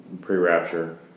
pre-rapture